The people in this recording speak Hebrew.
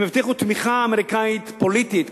הם הבטיחו תמיכה אמריקנית פוליטית,